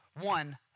one